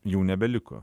jų nebeliko